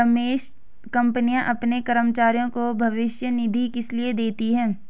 रमेश कंपनियां अपने कर्मचारियों को भविष्य निधि किसलिए देती हैं?